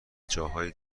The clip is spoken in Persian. جاهای